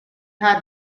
had